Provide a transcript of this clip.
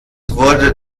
wurde